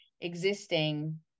existing